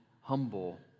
humble